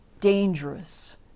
dangerous